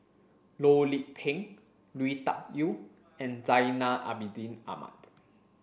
Loh Lik Peng Lui Tuck Yew and Zainal Abidin Ahmad